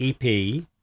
EP